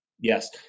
yes